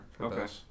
Okay